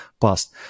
past